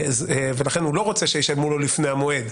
ולכן הוא לא רוצה שישלמו לו לפני המועד.